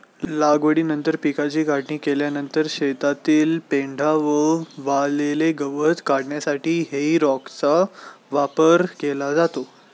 लागवडीनंतर पिकाची काढणी केल्यानंतर शेतातील पेंढा व वाळलेले गवत काढण्यासाठी हेई रॅकचा वापर केला जातो